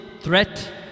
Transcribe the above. threat